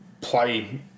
play